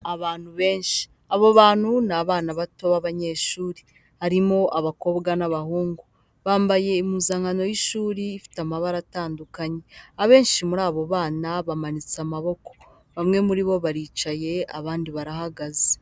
Abantu benshi, abo bantu ni abana bato b'abanyeshuri, harimo abakobwa n'abahungu, bambaye impuzankano y'ishuri ifite amabara atandukanye, abenshi muri abo bana bamanitse amaboko, bamwe muri bo baricaye abandi barahagaze.